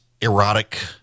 erotic